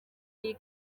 iyi